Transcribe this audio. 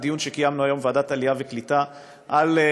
דיון שקיימנו היום בוועדת העלייה והקליטה בנושא,